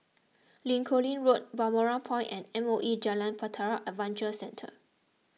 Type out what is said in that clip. Lincoln Road Balmoral Point and M O E Jalan Bahtera Adventure Centre